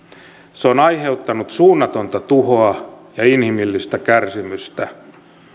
se on aiheuttanut suunnatonta tuhoa ja inhimillistä kärsimystä